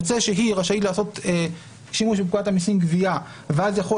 יוצא שהיא רשאית לעשות שימוש בפקודת המסים (גבייה) ואז יחול